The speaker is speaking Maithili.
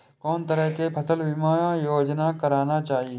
कोन तरह के फसल बीमा योजना कराना चाही?